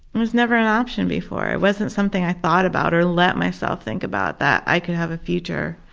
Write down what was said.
was never an option before. it wasn't something i thought about or let myself think about, that i could have a future.